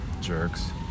Jerks